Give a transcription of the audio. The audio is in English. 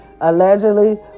Allegedly